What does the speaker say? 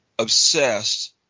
Obsessed